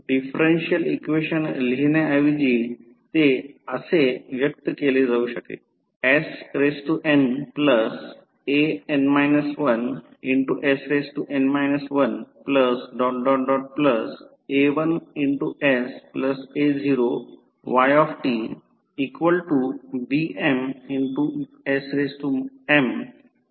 differential equation लिहिण्याऐवजी ते असे व्यक्त केले जाऊ शकते snan 1sn 1